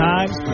Times